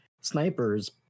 snipers